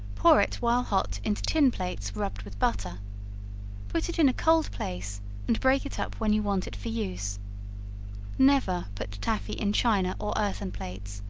pour it while hot into tin plates rubbed with butter put it in a cold place and break it up when you want it for use never put taffy in china or earthen plates,